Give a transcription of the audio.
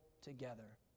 together